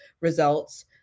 results